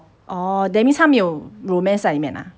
orh that means 他没有 romance 在里面 !huh!